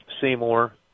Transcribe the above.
Seymour